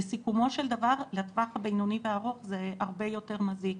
בסיכומו של דבר לטווח הבינוני והארוך זה הרבה יותר מזיק.